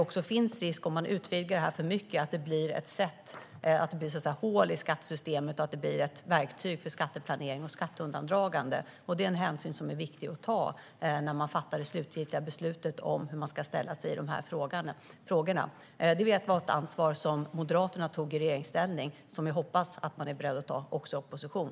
Om man utvidgar det här för mycket finns det risk för att det så att säga blir hål i skattesystemet och att det blir ett verktyg för skatteplanering och skatteundandragande. Det är något som det är viktigt att ta hänsyn till när man fattar det slutgiltiga beslutet om hur man ska ställa sig till de här frågorna. Det var ett ansvar som Moderaterna tog i regeringsställning och som jag hoppas att de är beredda att ta också i opposition.